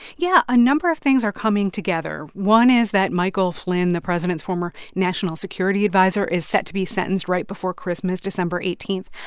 yeah. a number of things are coming together. one is that michael flynn, the president's former national security adviser, is set to be sentenced right before christmas december eighteen.